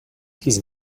his